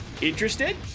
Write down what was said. Interested